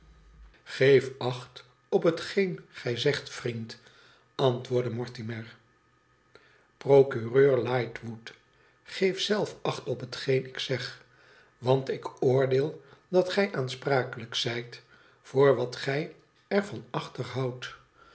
geef acht op hetgeen gij zegt vriend antwoordde mortimer procureur lightwood geef zelf acht op hetgeen ik zeg want ik oordeel dat gij aansprakelijk zijt voor wat gij er van achterhoudt